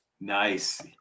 nice